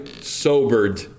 sobered